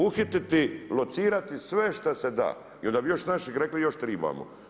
Uhititi, locirati sve što se da i onda bi još naši rekli još trebamo.